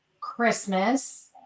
Christmas